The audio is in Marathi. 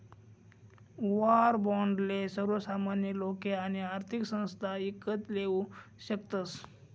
वाॅर बाॅन्डले सर्वसामान्य लोके आणि आर्थिक संस्था ईकत लेवू शकतस